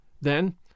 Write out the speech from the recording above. then